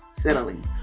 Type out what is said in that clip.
Settling